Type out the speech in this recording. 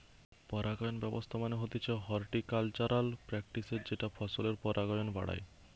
পরাগায়ন ব্যবস্থা মানে হতিছে হর্টিকালচারাল প্র্যাকটিসের যেটা ফসলের পরাগায়ন বাড়ায়